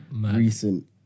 recent